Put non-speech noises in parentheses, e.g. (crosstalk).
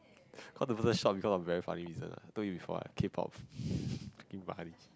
cause the person shock because of a very funny reason I told you before what K-pop (laughs) freaking funny